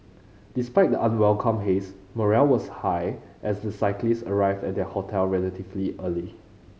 despite the unwelcome haze morale was high as the cyclist arrived at their hotel relatively early